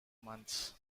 months